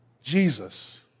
Jesus